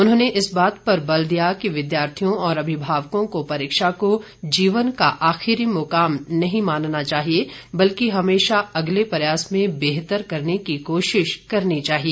उन्होंने इस बात पर बल दिया कि विद्यार्थियों और अभिभावकों को परीक्षा को जीवन का आखिरी मुकाम नहीं मानना चाहिए बल्कि हमेशा अगले प्रयास में बेहतर करने की कोशिश करनी चाहिए